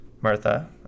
Martha